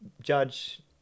judge